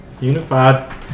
Unified